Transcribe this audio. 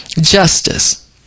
justice